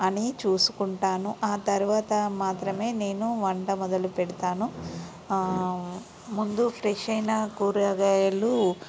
అని చూసుకుంటాను ఆ తర్వాత మాత్రమే నేను వంట మొదలు పెడతాను ముందు ఫ్రెష్ అయిన కూరగాయలు